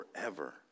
forever